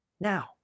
Now